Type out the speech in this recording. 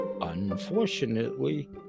unfortunately